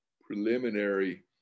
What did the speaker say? preliminary